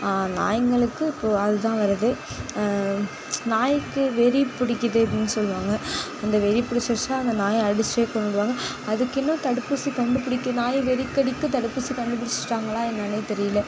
நாயிங்களுக்கு இப்போ அது தான் வருது நாயிக்கு வெறி பிடிக்கிது அப்படின் சொல்லுவாங்க அந்த வெறி பிடிச்சிருச்சினா அந்த நாயை அடிச்சே கொன்னுடுவாங்க அதுக்கு இன்னும் தடுப்பூசி கண்டுப்பிடிக்க நாயை வெறி கடிக்கு தடுப்பூசி கண்டுப்பிடிஷ்டாங்களா என்னானே தெரியல